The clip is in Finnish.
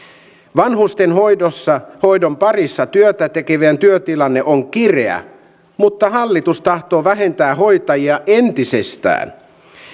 vanhustenhoidossa hoidon parissa työtä tekevien työtilanne on kireä mutta hallitus tahtoo vähentää hoitajia entisestään